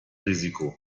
risiko